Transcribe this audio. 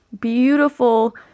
beautiful